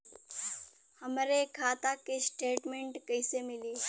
हमरे खाता के स्टेटमेंट कइसे निकली?